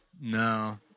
No